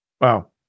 Wow